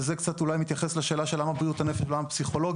וזה קצת אולי מתייחס לשאלה של למה בריאות הנפש ולמה פסיכולוגים.